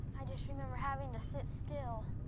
i just remember having to sit still.